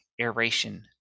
aeration